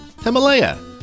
Himalaya